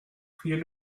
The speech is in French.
priez